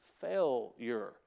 failure